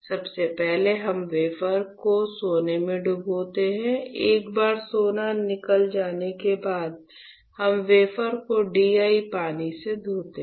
सबसे पहले हम वेफर को सोने में डुबाते हैं एक बार सोना निकल जाने के बाद हम वेफर को DI पानी से धोते हैं